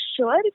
sure